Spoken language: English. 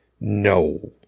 No